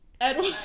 edward